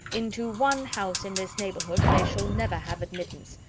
into one house in this neighbourhood they shall never have admittance.